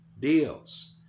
deals